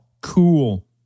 cool